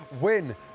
win